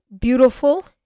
beautiful